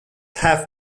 half